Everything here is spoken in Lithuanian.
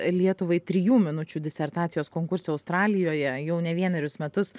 lietuvai trijų minučių disertacijos konkurse australijoje jau ne vienerius metus